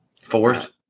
fourth